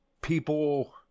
people